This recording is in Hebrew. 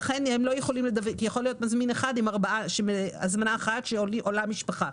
יכולה להיות הזמנה אחת ועולה משפחה